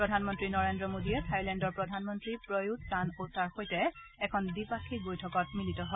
প্ৰধানমন্ত্ৰী নৰেন্দ্ৰ মোদীয়ে থাইলেণ্ডৰ প্ৰধানমন্ত্ৰী প্ৰয়ুট চান অ' ছাৰ সৈতে এখন দ্বিপাক্ষিক বৈঠকত মিলিত হয়